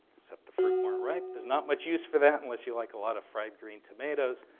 except the fruit weren't ripe. there's not much use for that unless you like a lot of fried green tomatoes.